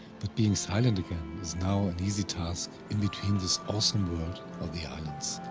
but being silent again, is now an easy task in between this awesome world of the islands.